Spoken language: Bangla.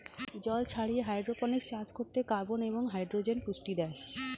জল ছাড়িয়ে হাইড্রোপনিক্স চাষ করতে কার্বন এবং হাইড্রোজেন পুষ্টি দেয়